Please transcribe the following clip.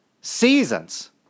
seasons